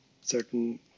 certain